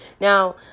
Now